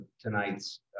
tonight's